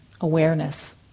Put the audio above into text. awareness